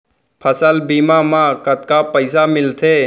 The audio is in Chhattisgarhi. फसल बीमा म कतका पइसा मिलथे?